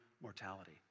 mortality